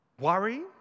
worry